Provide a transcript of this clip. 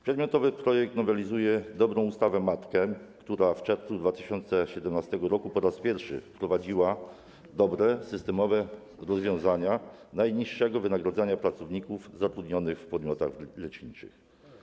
Przedmiotowy projekt nowelizuje dobrą ustawę matkę, która w czerwcu 2017 r. po raz pierwszy wprowadziła dobre systemowe rozwiązania kwestii najniższego wynagrodzenia pracowników zatrudnionych w podmiotach leczniczych.